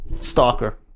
Stalker